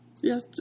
Yes